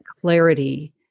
clarity